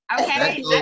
Okay